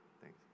thanks